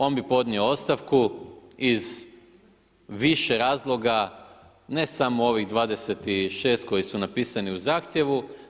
On bi podnio ostavku iz više razloga, ne samo ovih 26 koji su napisani u zahtjevu.